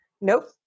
nope